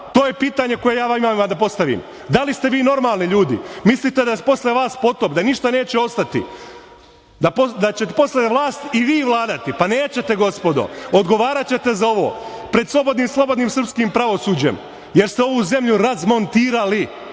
To je pitanje koje ja vama imam da postavim. Da li ste vi normalni ljudi? Mislite da je posle vas potop, da ništa neće ostati, da će posle vas i vi vladati. Nećete, gospodo, odgovaraćete za ovo pred slobodnim srpskim pravosuđem, jer ste ovu zemlju razmontirali,